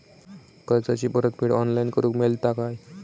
कर्जाची परत फेड ऑनलाइन करूक मेलता काय?